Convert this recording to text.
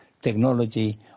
technology